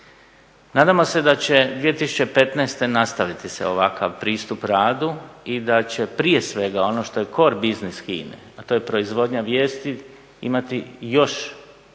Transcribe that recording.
Nadamo se da će 2015. nastaviti se ovakav pristup radu i da će prije svega ono što je core bussiness HINA-e, a to je proizvodnja vijesti imati još veći